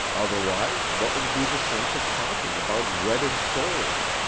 otherwise what would be the sense of talking about wedded souls?